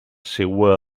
seua